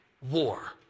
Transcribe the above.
war